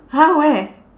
!huh! where